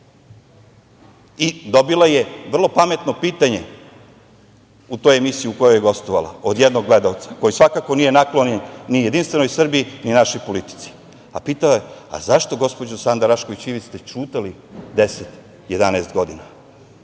čoveka. Dobila je vrlo pametno pitanje u toj emisiji u kojoj je gostovala od jednog gledaoca, koji, svakako nije naklonjen ni Jedinstvenoj Srbiji, ni našoj politici. Pitao je – zašto, gospođo Sanda Rašković Ivić ste ćutali deset, jedanaest